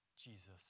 Jesus